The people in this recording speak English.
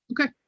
Okay